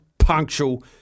punctual